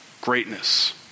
greatness